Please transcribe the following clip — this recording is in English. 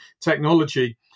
technology